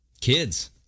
Kids